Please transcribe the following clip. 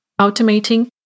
automating